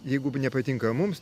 jeigu nepatinka mums